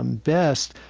um best,